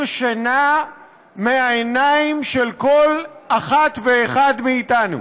שינה מהעיניים של כל אחת ואחד מאתנו.